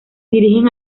dirigen